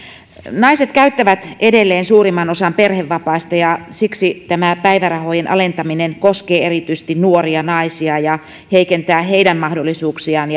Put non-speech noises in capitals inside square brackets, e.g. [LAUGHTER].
naiset käyttävät edelleen suurimman osan perhevapaista ja siksi tämä päivärahojen alentaminen koskee erityisesti nuoria naisia ja heikentää heidän mahdollisuuksiaan [UNINTELLIGIBLE]